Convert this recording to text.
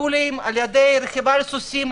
טיפולים בעזרת כלבים וסוסים,